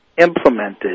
implemented